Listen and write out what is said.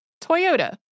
Toyota